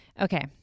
Okay